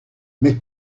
mais